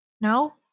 No